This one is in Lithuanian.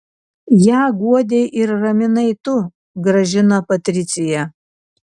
ją guodei ir raminai tu gražina patricija